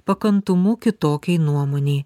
pakantumu kitokiai nuomonei